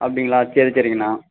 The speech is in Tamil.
அப்படிங்களா சரி சரிங்கண்ணா